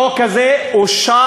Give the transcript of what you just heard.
החוק הזה אושר,